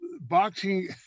boxing